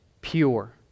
pure